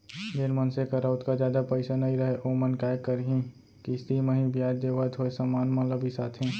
जेन मनसे करा ओतका जादा पइसा नइ रहय ओमन काय करहीं किस्ती म ही बियाज देवत होय समान मन ल बिसाथें